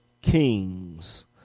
Kings